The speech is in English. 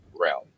realm